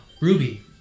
Ruby